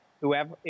whoever